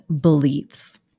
beliefs